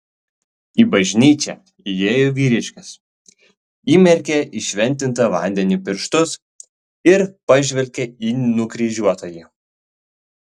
į bažnyčią įėjo vyriškis įmerkė į šventintą vandenį pirštus ir pažvelgė į nukryžiuotąjį